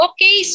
Okay